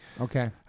Okay